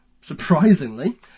surprisingly